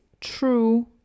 true